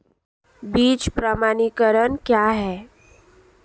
बीज प्रमाणीकरण क्या है?